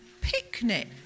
picnic